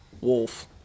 wolf